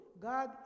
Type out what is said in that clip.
God